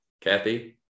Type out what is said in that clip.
Kathy